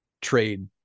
trade